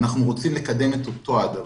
אנחנו רוצים לקדם את אותו הדבר.